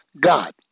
God